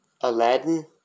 Aladdin